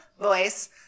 voice